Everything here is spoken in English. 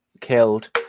killed